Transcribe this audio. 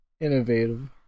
Innovative